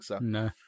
No